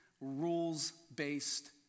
rules-based